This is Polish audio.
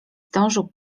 zdążył